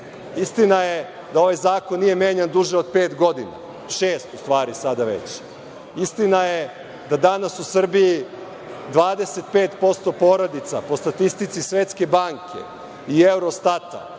Istina je da ovaj zakon nije menjan duže od pet godina, sada već šest godina. Istina je da danas u Srbiji 25% porodica, po statistici Svetske banke i Eurostata,